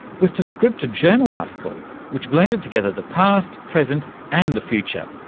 was to script a journal article which blended together the past, present and the future.